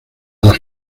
las